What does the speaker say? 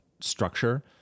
structure